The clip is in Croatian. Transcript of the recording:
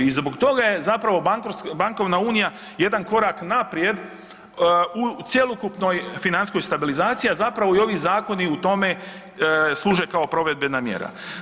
I zbog toga je zapravo bankovna unija jedan korak naprijed u cjelokupnoj financijskoj stabilizaciji, a zapravo i ovi zakoni u tome služe kao provedbena mjera.